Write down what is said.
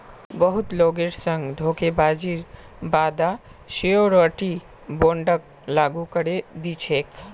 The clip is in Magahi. बहुत लोगेर संग धोखेबाजीर बा द श्योरटी बोंडक लागू करे दी छेक